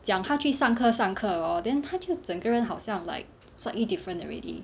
讲她去上课上课 hor then 她就整个人好像 like slightly different already